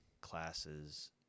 classes